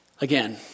again